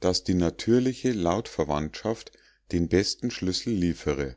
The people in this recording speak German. daß die natürliche lautverwandtschaft den besten schlüssel liefere